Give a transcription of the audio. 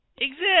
exist